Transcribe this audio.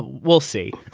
we'll see.